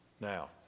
Now